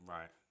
Right